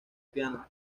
piano